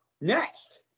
next